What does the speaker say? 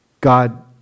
God